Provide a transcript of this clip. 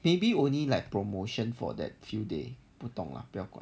maybe only like promotion for that few day 不懂啦不要管